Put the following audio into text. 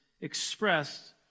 expressed